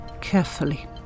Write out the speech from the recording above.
carefully